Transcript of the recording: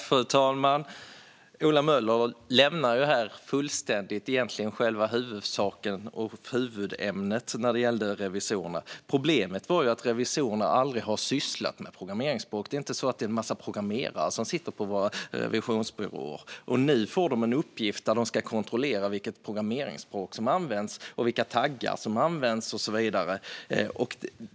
Fru talman! Ola Möller lämnar fullständigt själva huvudsaken och huvudämnet när det gäller revisorerna. Problemet är att revisorerna aldrig har sysslat med programmeringsspråk. Det är inte så att det är en massa programmerare som sitter på våra revisionsbyråer, och nu får de en uppgift där de ska kontrollera vilket programmeringsspråk och vilka taggar som används och så vidare.